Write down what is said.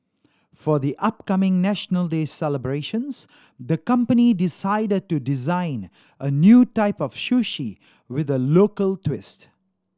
for the upcoming National Day celebrations the company decided to design a new type of sushi with a local twist